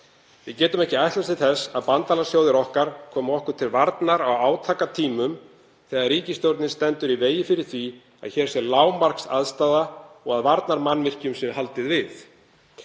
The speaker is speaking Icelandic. Við getum ekki ætlast til þess að bandalagsþjóðir okkar komi okkur til varnar á átakatímum þegar ríkisstjórnin stendur í vegi fyrir því að hér sé lágmarksaðstaða og varnarmannvirkjum sé haldið við.